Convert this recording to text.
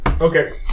Okay